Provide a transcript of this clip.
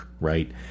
right